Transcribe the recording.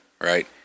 right